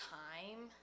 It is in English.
time